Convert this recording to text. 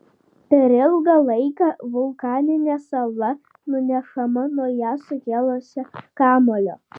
per ilgą laiką vulkaninė sala nunešama nuo ją sukėlusio kamuolio